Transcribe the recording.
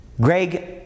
Greg